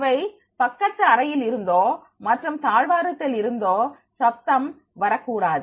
அவை பக்கத்து அறையில் இருந்தோ மற்றும் தாழ்வாரத்தில் இருந்தோ சப்தம் வரக்கூடாது